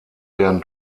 werden